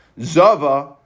Zava